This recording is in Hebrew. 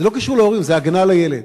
זה לא קשור להורים, זה הגנה על הילד.